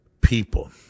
people